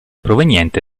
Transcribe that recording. proveniente